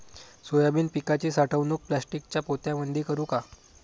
Soybean पिकाची साठवणूक प्लास्टिकच्या पोत्यामंदी करू का?